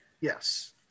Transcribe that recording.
Yes